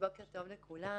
בוקר טוב לכולם.